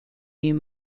new